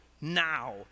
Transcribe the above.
now